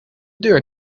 deur